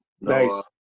Nice